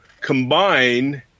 combine